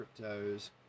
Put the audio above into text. cryptos